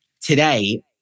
Today